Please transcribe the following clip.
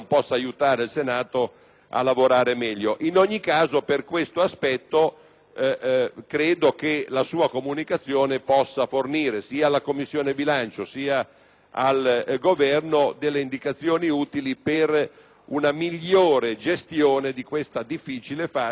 In ogni caso, per questo aspetto, credo che la sua comunicazione possa fornire sia alla 5a Commissione permanente che al Governo indicazioni utili per una migliore gestione della difficile fase che si è aperta con la